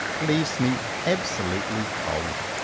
leaves me absolutely cold.